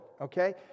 Okay